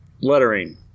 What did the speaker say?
Lettering